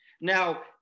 Now